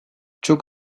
çok